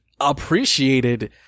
appreciated